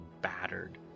battered